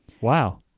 Wow